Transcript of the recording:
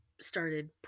started